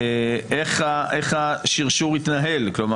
איך השרשור של התוצרים התנהל?